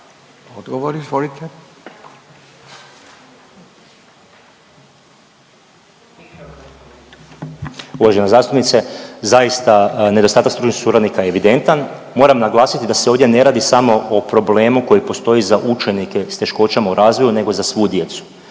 **Jurišić, Darijo** Uvažena zastupnice zaista nedostatak stručnih suradnika je evidentan. Moram naglasiti da se ovdje ne radi samo o problemu koji postoji za učenike s teškoćama u razvoju nego za svu djecu.